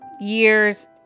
years